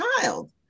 child